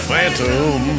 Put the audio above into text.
Phantom